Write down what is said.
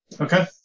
Okay